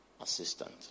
assistant